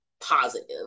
positive